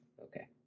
Okay